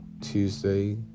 Tuesday